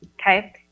Okay